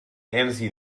annecy